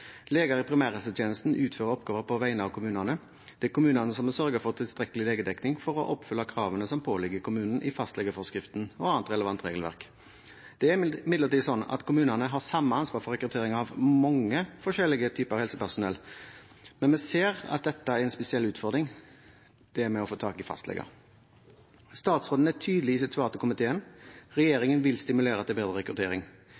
Leger i primærhelsetjenesten utfører oppgaver på vegne av kommunene. Det er kommunene som må sørge for tilstrekkelig legedekning, for å oppfylle kravene som påligger kommunen i fastlegeforskriften og annet relevant regelverk. Det er imidlertid sånn at kommunene har samme ansvar for rekruttering av mange forskjellige typer helsepersonell, men vi ser at det med å få tak i fastleger er en spesiell utfordring. Statsråden er tydelig i sitt svar til komiteen: